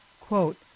Quote